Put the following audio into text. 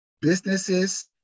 businesses